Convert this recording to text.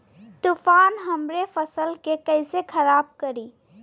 तूफान हमरे फसल के कइसे खराब करी?